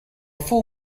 full